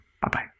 Bye-bye